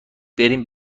بریم